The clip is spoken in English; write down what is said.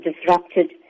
disrupted